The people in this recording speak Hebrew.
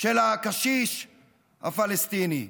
של הקשיש הפלסטיני.